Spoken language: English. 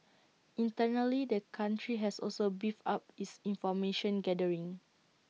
internally the country has also beefed up its information gathering